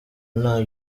nta